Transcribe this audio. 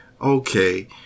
okay